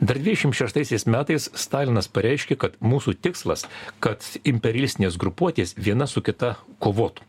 dar dvidešimt šeštaisiais metais stalinas pareiškė kad mūsų tikslas kad imperialistinės grupuotės viena su kita kovotų